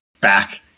back